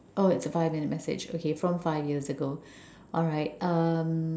oh it's a five minute message okay from five years ago alright um